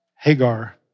Hagar